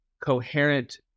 coherent